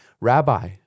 Rabbi